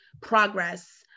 progress